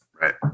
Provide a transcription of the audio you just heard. Right